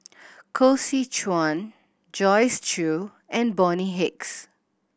Koh Seow Chuan Joyce Jue and Bonny Hicks